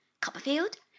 copperfield